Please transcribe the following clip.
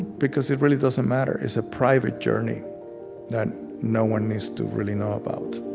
because it really doesn't matter. it's a private journey that no one needs to really know about